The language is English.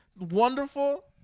wonderful